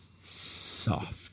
soft